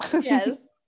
Yes